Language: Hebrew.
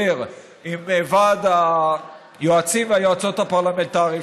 עם ועד היועצים והיועצות הפרלמנטריים,